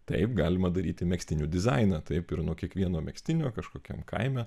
taip galima daryti megztinių dizainą taip ir nuo kiekvieno megztinio kažkokiam kaime